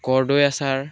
কৰ্দৈ আচাৰ